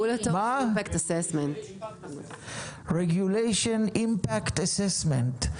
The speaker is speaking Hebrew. זה Regulation Impact Assessment.